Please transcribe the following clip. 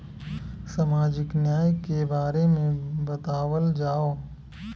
सामाजिक न्याय के बारे में बतावल जाव?